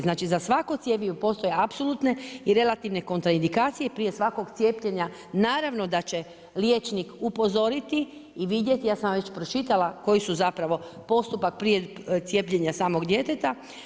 Znači, za svako cjepivo postoje apsolutne kontra indikacije i prije svakog cijepljenja naravno da će liječnik upozoriti i vidjeti, ja sam vam već pročitala koji su zapravo postupak prije cijepljenja samog djeteta.